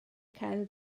cael